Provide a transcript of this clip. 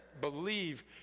believe